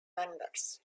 members